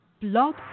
Blog